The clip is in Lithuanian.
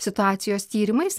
situacijos tyrimais